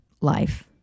life